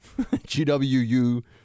gwu